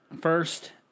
first